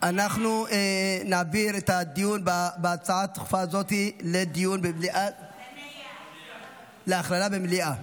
אנחנו נעביר את הדיון בהצעה הדחופה הזאת להכללה במליאה.